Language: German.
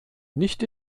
nicht